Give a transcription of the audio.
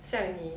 像你